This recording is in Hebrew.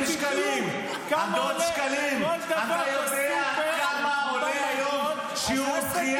אדון שקלים, אתה יודע כמה שקלים עולה סרט?